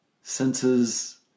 senses